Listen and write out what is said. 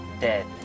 dead